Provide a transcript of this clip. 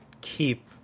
keep